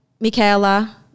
Michaela